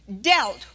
dealt